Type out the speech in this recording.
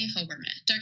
Hoberman